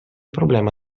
problema